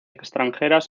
extranjeras